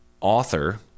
author